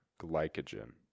glycogen